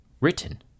written